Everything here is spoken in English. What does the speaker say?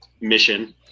mission